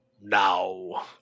Now